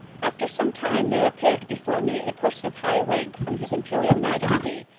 after some time there appeared before me a person of high rank from his imperial majesty.